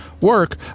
work